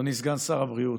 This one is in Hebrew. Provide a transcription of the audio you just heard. אדוני סגן שר הבריאות,